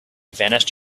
vanished